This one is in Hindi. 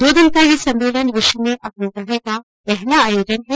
दो दिन का यह सम्मेलन विश्व में अपनी तरह का पहला आयोजन है